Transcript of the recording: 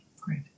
Great